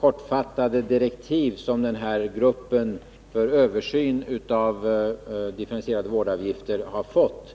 kortfattade direktiv som denna grupp för översyn av differentierade vårdavgifter har fått.